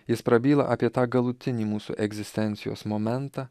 jis prabyla apie tą galutinį mūsų egzistencijos momentą